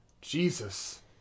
Jesus